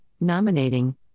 nominating